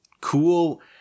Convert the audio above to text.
cool